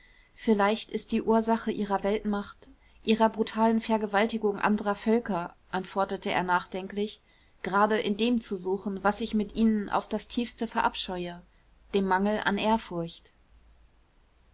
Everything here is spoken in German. vielleicht ist die ursache ihrer weltmacht ihrer brutalen vergewaltigung anderer völker antwortete er nachdenklich gerade in dem zu suchen was ich mit ihnen auf das tiefste verabscheue dem mangel an ehrfurcht